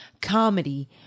Comedy